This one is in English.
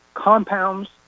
Compounds